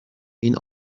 این